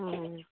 অঁ